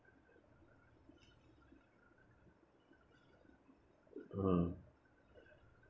uh